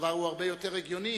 הדבר הרבה יותר הגיוני.